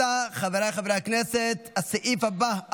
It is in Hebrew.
18 בעד, שבעה נגד.